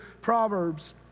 Proverbs